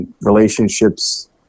relationships